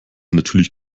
natürlich